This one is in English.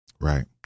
Right